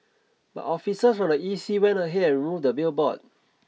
but officers from the E C went ahead and removed the billboard